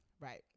right